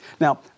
Now